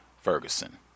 ferguson